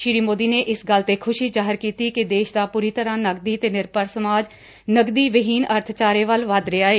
ਸ੍ਰੀ ਮੋਦੀ ਨੇ ਇਸ ਗੱਲ ਤੇ ਖੁਸ਼ੀ ਜਾਹਿਰ ਕੀਤੀ ਕਿ ਦੇਸ਼ ਦਾ ਪ੍ਰਰੀ ਤਰਾਂ ਨਕਦੀ ਤੇ ਨਿਰਭਰ ਸਮਾਜ ਨਗਦੀ ਵਿਹੀਨ ਅਰਬਚਾਰੇ ਵੱਲ ਵੱਧ ਰਿਹਾ ਏ